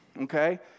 Okay